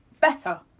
Better